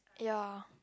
ya